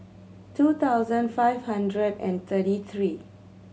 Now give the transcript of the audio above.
two thousand five hundred and thirty three